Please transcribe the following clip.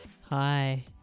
Hi